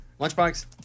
Lunchbox